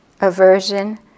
aversion